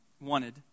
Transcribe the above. wanted